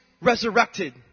resurrected